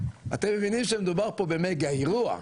אתם מבינים שמדובר פה במגה אירוע,